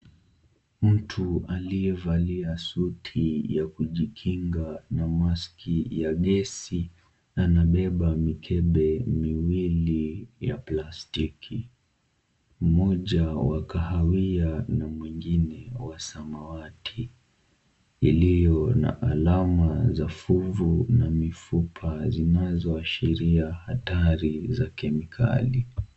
Mtu aliyevalia suti ya kujikinga na maski ya gesi anabeba mikebe miwili ya plastiki. Mmoja wa kahawia na mwingine wa samawati, iliyo na alama za funvu na mifupa zinazoashiria hatari za kemikali.